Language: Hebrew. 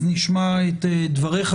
אז נשמע את דבריך.